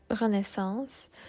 renaissance